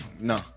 no